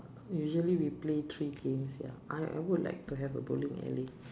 usually we play three games ya I I would like to have a bowling alley